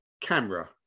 camera